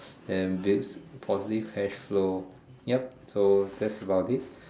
that builds positive cashflow yup so that's about it